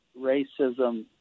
racism